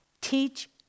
Teach